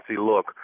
look